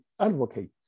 advocate